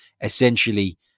essentially